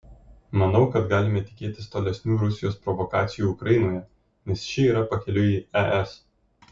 manau kad galime tikėtis tolesnių rusijos provokacijų ukrainoje nes ši yra pakeliui į es